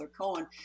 Cohen